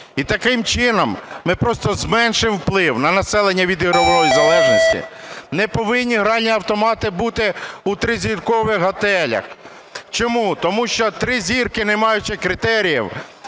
І таким чином ми просто зменшимо вплив на населення від ігрової залежності. Не повинні гральні автомати бути у тризіркових готелях. Чому? Тому що "три зірки", не маючи критеріїв,